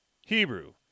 Hebrew